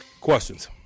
Questions